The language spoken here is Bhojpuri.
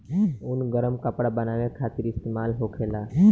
ऊन गरम कपड़ा बनावे खातिर इस्तेमाल होखेला